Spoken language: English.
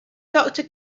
doctor